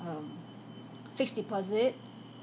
um fixed deposit